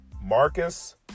Marcus